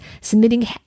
submitting